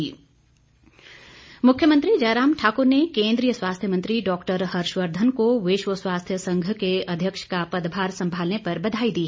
बधाई मुख्यमंत्री जयराम ठाकुर ने केन्द्रीय स्वास्थ्य मंत्री डॉ हर्ष वर्धन को विश्व स्वास्थ्य संघ के अध्यक्ष पद का पदभार संभालने पर बधाई दी